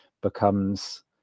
becomes